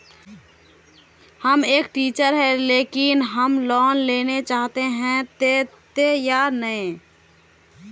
हम एक टीचर है लेकिन हम लोन लेले चाहे है ते देते या नय?